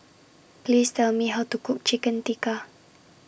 Please Tell Me How to Cook Chicken Tikka